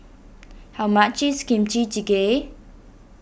how much is Kimchi Jjigae